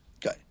Good